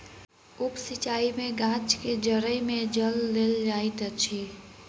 उप सिचाई में गाछ के जइड़ में जल देल जाइत अछि